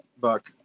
buck